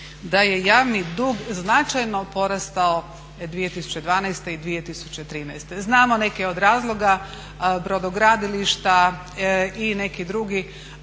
da je javni dug značajno porastao 2012. i 2013. Znamo neke od razloga, brodogradilišta i neki drugi